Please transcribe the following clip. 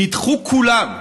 נדחו כולם.